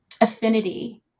affinity